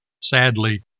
Sadly